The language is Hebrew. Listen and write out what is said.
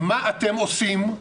מה אתם עושים?